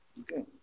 Okay